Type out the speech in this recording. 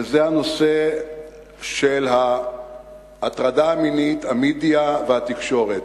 וזה הנושא של ההטרדה המינית, המדיה והתקשורת.